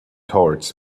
towards